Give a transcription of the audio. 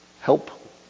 Help